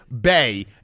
Bay